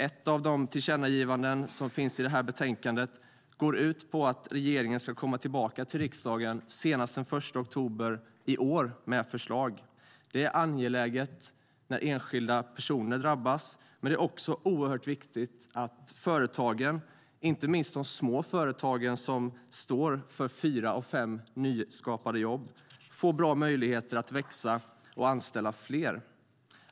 Ett av tillkännagivandena som finns i det här betänkandet går ut på att regeringen ska komma tillbaka till riksdagen senast den 1 oktober i år med ett förslag. Det är angeläget för de enskilda personer som drabbas. Men det är också oerhört viktigt att företagen, inte minst de små företagen som står för fyra av fem nya jobb, får goda möjligheter att växa och anställa fler.